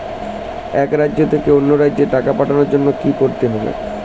এক রাজ্য থেকে অন্য রাজ্যে টাকা পাঠানোর জন্য কী করতে হবে?